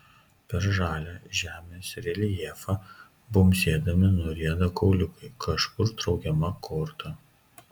per žalią žemės reljefą bumbsėdami nurieda kauliukai kažkur traukiama korta